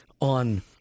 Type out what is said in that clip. on